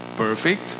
perfect